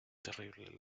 terrible